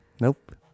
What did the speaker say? Nope